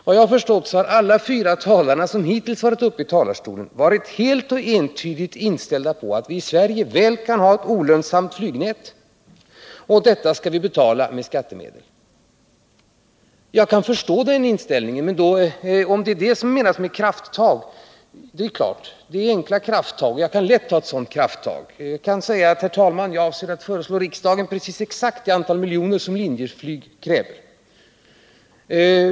Vad jag förstått har alla fyra talarna i den här debatten varit helt och entydigt inställda på att vi i Sverige väl kan ha ett olönsamt flygnät och att detta skall betalas med skattemedel. Jag kan förstå den inställningen, men om det är det man avser med krafttag, så är det krafttag som det är mycket lätt för mig att ta. Jag kan säga: Herr talman! Jag avser att föreslå riksdagen att bevilja exakt det antal miljoner som Linjeflyg kräver.